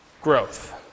growth